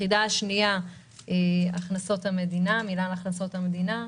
היחידה השנייה היא מינהל הכנסות המדינה,